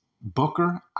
Booker